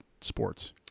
sports